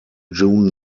june